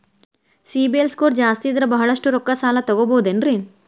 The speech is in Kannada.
ಸಿಬಿಲ್ ಸ್ಕೋರ್ ಜಾಸ್ತಿ ಇದ್ರ ಬಹಳಷ್ಟು ರೊಕ್ಕ ಸಾಲ ತಗೋಬಹುದು ಏನ್ರಿ?